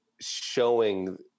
showing